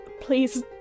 please